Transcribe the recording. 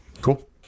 cool